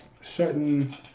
shutting